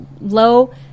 low